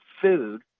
food